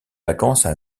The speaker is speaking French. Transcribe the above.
vacances